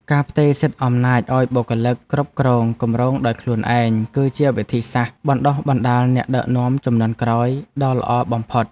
ការផ្ទេរសិទ្ធិអំណាចឱ្យបុគ្គលិកគ្រប់គ្រងគម្រោងដោយខ្លួនឯង គឺជាវិធីសាស្ត្របណ្តុះបណ្តាលអ្នកដឹកនាំជំនាន់ក្រោយដ៏ល្អបំផុត។